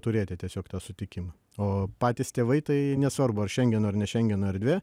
turėti tiesiog tą sutikimą o patys tėvai tai nesvarbu ar šengeno ar ne šengeno erdvė